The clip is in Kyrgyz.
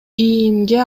иимге